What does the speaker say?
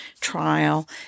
trial